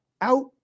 out